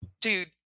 Dude